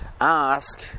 ask